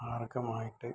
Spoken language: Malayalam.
മാർഗമായിട്ട്